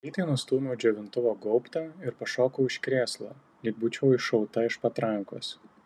greitai nustūmiau džiovintuvo gaubtą ir pašokau iš krėslo lyg būčiau iššauta iš patrankos